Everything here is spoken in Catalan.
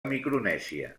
micronèsia